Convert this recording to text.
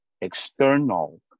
external